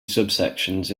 subsections